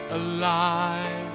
alive